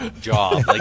job